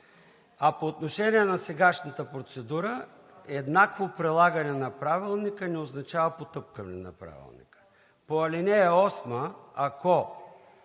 А по отношение на сегашната процедура. Еднакво прилагане на Правилника не означава потъпкване на Правилника. По ал. 8, ако